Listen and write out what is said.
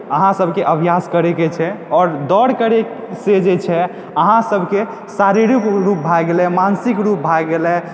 अहाँसभके अभ्यास करयके छै आओर दौड़ करयसँ जे छै अहाँसभके शारीरक रूप भए गेलय मानसिक रूप भए गेलय